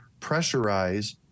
pressurize